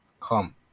come